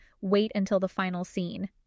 wait-until-the-final-scene